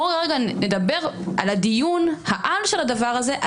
בוא נדבר על דיון העל של הדבר הזה,